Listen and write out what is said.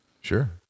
sure